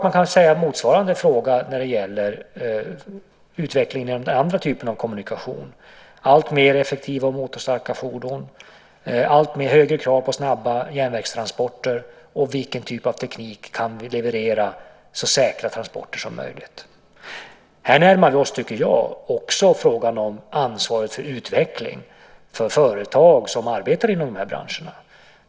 Man kan ställa motsvarande fråga när det gäller utveckling av andra typer av kommunikation, till exempel alltmer effektiva och motorstarka fordon, allt högre krav på snabba järnvägstransporter och vilken typ av teknik som kan levereras för att få så säkra transporter som möjligt. Här närmar vi oss, tycker jag, också frågan om ansvaret för utveckling för företag som arbetar i de här branscherna.